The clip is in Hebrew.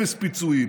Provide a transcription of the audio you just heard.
אפס ביצועים,